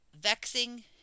vexing